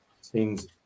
seems